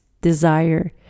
desire